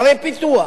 ערי פיתוח,